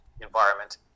environment